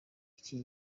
iki